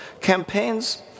Campaigns